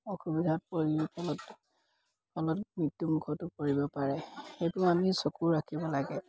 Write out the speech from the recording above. অসুবিধাত পৰি ফলত ফলত মৃত্যুমুখতো পৰিব পাৰে সেইবোৰ আমি চকু ৰাখিব লাগে